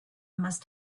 must